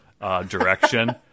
direction